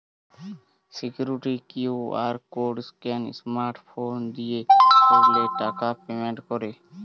security QR code scan smart phone দিয়ে করলে টাকা পেমেন্ট করে